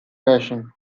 fashion